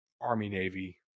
Army-Navy